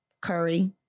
Curry